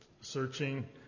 searching